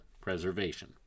preservation